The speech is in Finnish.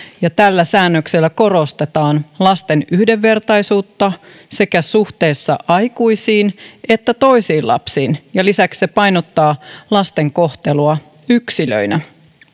tällä säännöksellä korostetaan lasten yhdenvertaisuutta sekä suhteessa aikuisiin että toisiin lapsiin ja lisäksi se painottaa lasten kohtelua yksilöinä